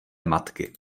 matky